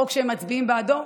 חוק שהם מצביעים בעדו,